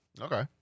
Okay